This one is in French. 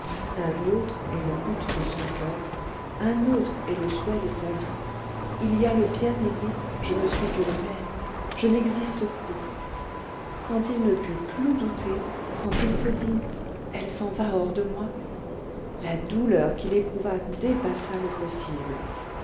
un autre est le but de son coeur un autre est le souhait de sa vie il y a le bien-aimé je ne suis que le père je n'existe plus quand il ne put plus douter quand il se dit elle s'en va hors de moi la douleur qu'il éprouva dépassa le possible